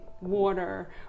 Water